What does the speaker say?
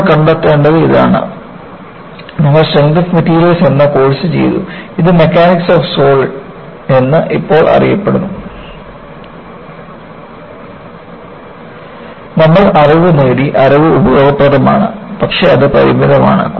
നമ്മൾ കണ്ടെത്തേണ്ടത് ഇതാണ് നിങ്ങൾ സ്ട്രെങ്ത് ഓഫ് മെറ്റീരിയൽസ് എന്ന ഒരു കോഴ്സ് ചെയ്തു അത് മെക്കാനിക്സ് ഓഫ് സോളിഡ് എന്ന് ഇപ്പോൾ അറിയപ്പെടുന്നു നമ്മൾ അറിവ് നേടി അറിവ് ഉപയോഗപ്രദമാണ് പക്ഷേ അത് പരിമിതമാണ്